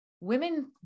women